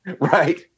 right